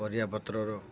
ପରିବା ପତ୍ରରୁ